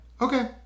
okay